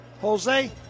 Jose